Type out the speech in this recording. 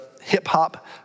hip-hop